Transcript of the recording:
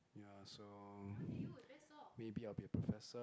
yeah so maybe I'll be a professor